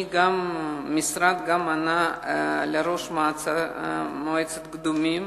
המשרד ענה גם לראש מועצת קדומים,